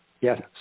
Yes